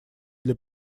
для